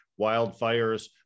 wildfires